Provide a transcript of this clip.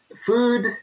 Food